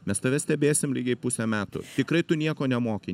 mes tave stebėsim lygiai pusę metų tikrai tu nieko nemoki